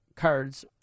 cards